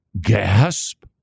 gasp